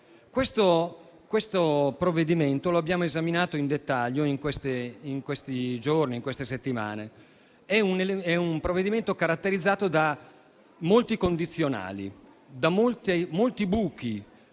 Questo provvedimento lo abbiamo esaminato in dettaglio in questi giorni e in queste settimane. È un provvedimento caratterizzato da molti condizionali e da molti buchi.